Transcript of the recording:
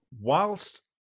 whilst